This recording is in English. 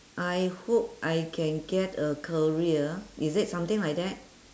I hope I can get a career is it something like that